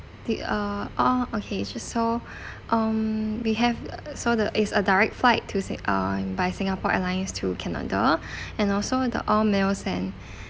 the uh ah okay just so um we have so the it's a direct flight to si~ um by singapore airlines to canada and also the all meals and